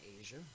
Asia